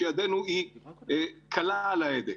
שידנו קלה על ההדק.